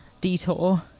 detour